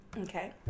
Okay